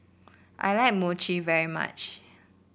I like Mochi very much